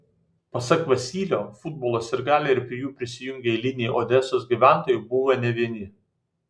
pasak vasylio futbolo sirgaliai ir prie jų prisijungę eiliniai odesos gyventojai buvo ne vieni